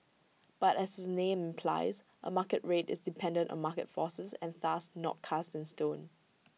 but as the name implies A market rate is dependent on market forces and thus not cast in stone